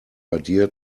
idea